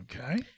Okay